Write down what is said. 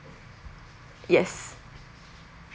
yes